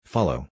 Follow